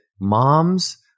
moms